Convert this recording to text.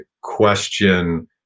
question